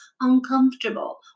uncomfortable